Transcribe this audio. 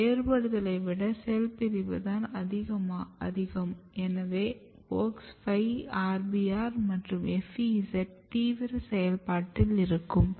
இங்கு வேறுபடுதலை விட செல் பிரிவு தான் அதிகம் எனவே WOX 5 RBR மற்றும் FEZ தீவிர செயல்பாட்டில் இருக்கும்